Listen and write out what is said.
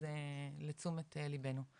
אז לתשומת ליבנו.